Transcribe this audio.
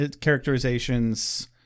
characterizations